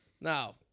Now